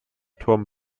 turm